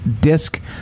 disk